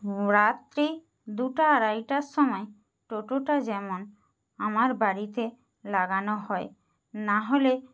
রাত্রি দুটা আড়াইটার সময় টোটোটা যেমন আমার বাড়িতে লাগানো হয় নাহলে